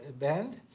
band.